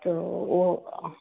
तऽ ओ